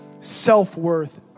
self-worth